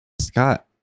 Scott